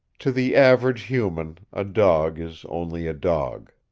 to the average human, a dog is only a dog.